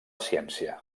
ciència